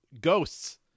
ghosts